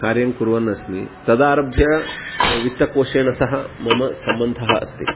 कार्यं कुर्वन् अस्मि तदारभ्य वित्तकोषेण सह मम सम्बन्धः अस्ति